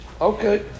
Okay